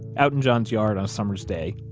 out in john's yard on a summer's day,